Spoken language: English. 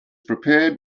prepared